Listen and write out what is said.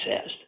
says